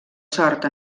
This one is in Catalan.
sort